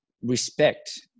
respect